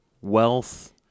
wealth